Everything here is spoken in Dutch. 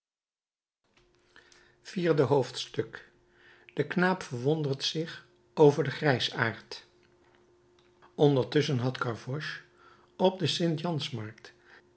vierde hoofdstuk de knaap verwondert zich over den grijsaard ondertusschen had gavroche op de st